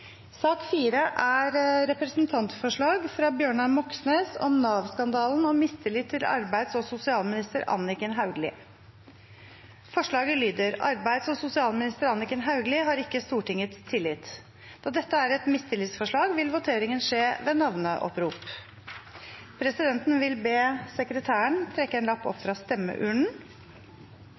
sak nr. 4. Denne saken er et representantforslag fra Bjørnar Moxnes om Nav-skandalen og mistillit mot arbeids- og sosialminister Anniken Hauglie. Forslaget fra Bjørnar Moxnes lyder: «Arbeids- og sosialminister Anniken Hauglie har ikke Stortingets tillit.» Da dette er et mistillitsforslag, vil voteringen skje ved navneopprop. Oppropet vil starte med representant nr. 4 fra Troms fylke. Presidenten vil